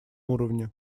уровне